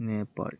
Nepal